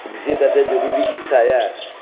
जिस्सी इक आखदे जरूरी हिस्सा ऐ